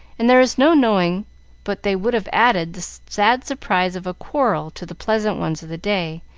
and there is no knowing but they would have added the sad surprise of a quarrel to the pleasant ones of the day,